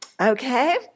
Okay